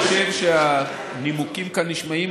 אני חושב שהנימוקים כאן נשמעים,